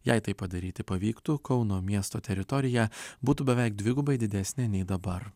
jei tai padaryti pavyktų kauno miesto teritorija būtų beveik dvigubai didesnė nei dabar